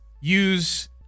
use